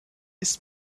ist